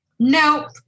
No